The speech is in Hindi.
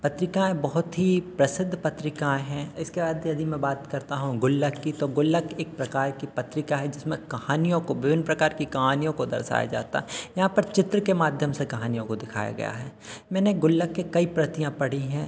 पत्रिकाएँ बहुत ही प्रसिद्ध पत्रिकाएँ हैं इसके बाद यदि मैं बात करता हूँ गुल्लक़ की तो गुल्लक़ एक प्रकार की पत्रिका है जिसमें कहानियों को विभिन्न प्रकार की कहानियों को दर्शाया जाता है यहाँ तक चित्र के माध्यम से कहानियों को दिखाया गया है मैंने गुल्लक की कई प्रतियाँ पढ़ी हैं